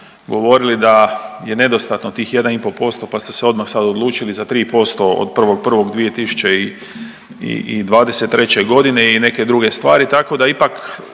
govorilo da je nedostatno tih 1,5% pa ste se odmah sad odlučili za 3% od 1.1.2023. godine i neke druge stvari tako da ipak